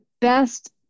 best